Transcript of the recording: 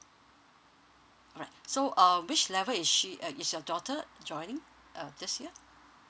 alright so uh which level is she uh is your daughter join uh this year